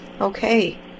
Okay